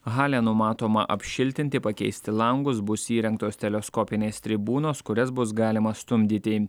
halę numatoma apšiltinti pakeisti langus bus įrengtos teleskopinės tribūnos kurias bus galima stumdyti